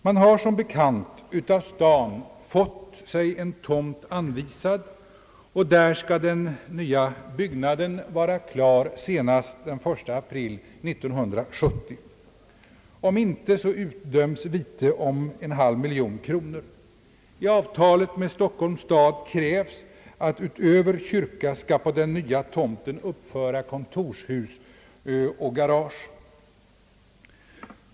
Man har som bekant av staden fått sig en tomt anvisad, och där skall den nya byggnaden vara klar senast den 1 april 1970. Om inte, så utdöms vite om en halv miljon kronor. I avtalet med Stockholms stad krävs att på den nya tomten utöver kyrka skall uppföras kontorshus och garage.